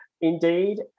indeed